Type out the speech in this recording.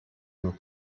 nur